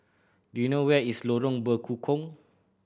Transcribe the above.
do you know where is Lorong Bekukong